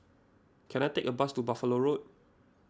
can I take a bus to Buffalo Road